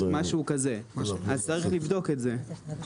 וצריך לבדוק את זה.